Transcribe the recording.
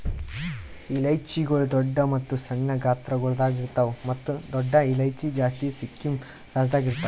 ಇಲೈಚಿಗೊಳ್ ದೊಡ್ಡ ಮತ್ತ ಸಣ್ಣ ಗಾತ್ರಗೊಳ್ದಾಗ್ ಇರ್ತಾವ್ ಮತ್ತ ದೊಡ್ಡ ಇಲೈಚಿ ಜಾಸ್ತಿ ಸಿಕ್ಕಿಂ ರಾಜ್ಯದಾಗ್ ಇರ್ತಾವ್